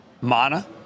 MANA